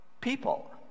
people